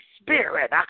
Spirit